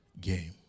game